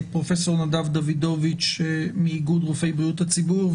את פרופ' נדב דוידוביץ מאיגוד רופאי בריאות הציבור,